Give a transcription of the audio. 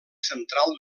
central